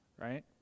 right